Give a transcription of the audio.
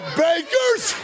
bankers